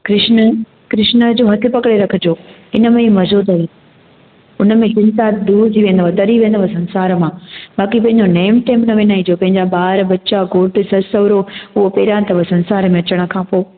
कृष्ण कृष्ण जो हथु पकिड़े रखिजो इनमें ई मज़ो अथव उनमें चिंता दूरि थी वेंदव दरी वेंदव संसार मां बाक़ी पेंजो नेम टेम न विञाइजो पंहिंजा ॿार बचा घोटु ससु सहुरो